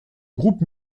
groupe